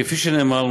כפי שנאמר,